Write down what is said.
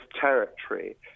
territory